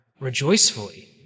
rejoicefully